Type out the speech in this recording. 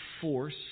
force